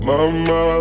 Mama